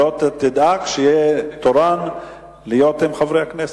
לא תדאג שיהיה תורן עם חברי הכנסת.